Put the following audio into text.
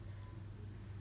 then